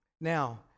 Now